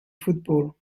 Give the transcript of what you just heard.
football